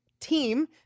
team